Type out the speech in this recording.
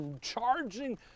charging